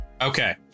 Okay